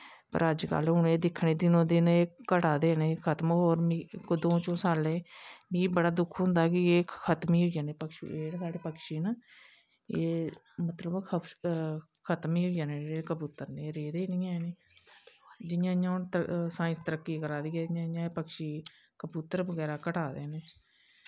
और अज्ज कल दिक्खने दिनों दिन एह् घटा दे न खत्म होर एह् कोई दों चौं सालें मिगी बड़ा दुख होंदा कि एह् खत्म गै होई जानें पक्षी एह् जेह्ड़े पत्क्षी न एह् मतलव खत्म गै होई जानें एह् रेह्दे गै नी हैन एह् जियां जियां हून साईंस तरक्की करा दी ऐ ते इयां इयां एह् पक्षी बगैरा कबूतर घटा दे न